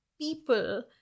people